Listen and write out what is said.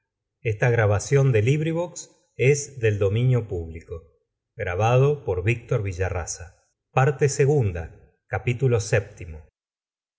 el parte segunda